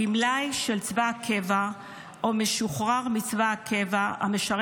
גמלאי של צבא קבע או משוחרר מצבא קבע המשרת